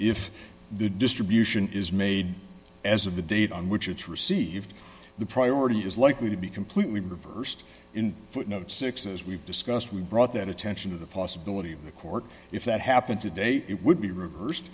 if the distribution is made as of the date on which it's received the priority is likely to be completely reversed in footnote six as we've discussed we brought that attention to the possibility of the court if that happened today it would be reversed